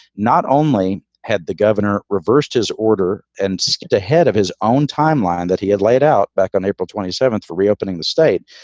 not only had the governor reversed his order and skipped ahead of his own timeline that he had laid out back on april twenty seven for reopening the state.